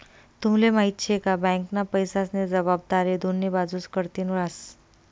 तुम्हले माहिती शे का? बँकना पैसास्नी जबाबदारी दोन्ही बाजूस कडथीन हास